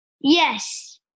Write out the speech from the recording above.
Yes